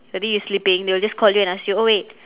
maybe you're sleeping they will just ask you oh wait